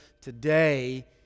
Today